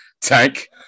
Tank